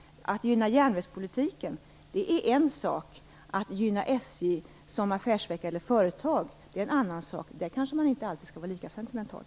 Att gynna järnvägspolitiken är en sak - att gynna SJ som affärsverk eller företag är en annan sak. Där kanske man inte alltid skall vara lika sentimental.